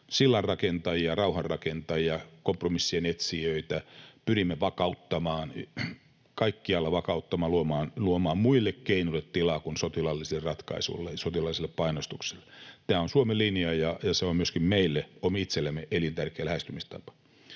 sillanrakentajia, rauhanrakentajia, kompromissien etsijöitä, pyrimme vakauttamaan, kaikkialla vakauttamaan, luomaan tilaa muille keinoille kuin sotilaallisille ratkaisuille ja sotilaalliselle painostukselle. Tämä on Suomen linja, ja se on myöskin meille itsellemme elintärkeä lähestymistapa.